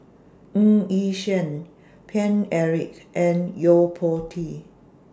Ng Yi Sheng Paine Eric and Yo Po Tee